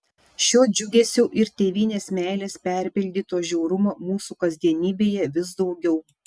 šio džiugesio ir tėvynės meilės perpildyto žiaurumo mūsų kasdienybėje vis daugiau